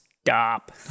stop